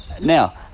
Now